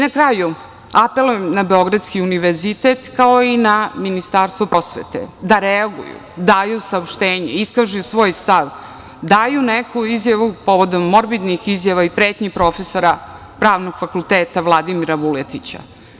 Na kraju, apelujem na Beogradski univerzitet, kao i na Ministarstvo prosvete da reaguju, daju saopštenje, iskažu svoj stav, daju neku izjavu povodom morbidnih izjava i pretnji profesora Pravnog fakulteta Vladimira Vuletića.